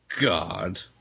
God